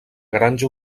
granja